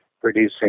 producing